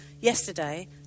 yesterday